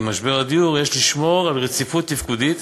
משבר הדיור יש לשמור על רציפות תפקודית